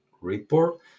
report